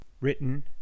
Written